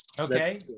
Okay